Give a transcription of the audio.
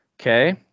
Okay